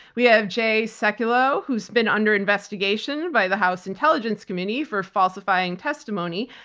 we have jay sekulow, who's been under investigation by the house intelligence committee for falsifying testimony.